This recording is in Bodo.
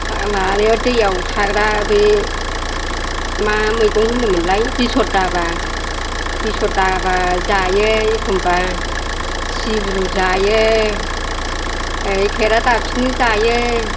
दैआव थाग्रा बे मा मैगं होनोमोनलाय बेसर दाबा बेसर दाबा जायो एखमब्ला सिब्रु जायो खेरादाफिनि जायो